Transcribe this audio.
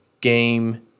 game